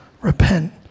repent